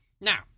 Now